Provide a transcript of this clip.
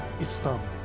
Istanbul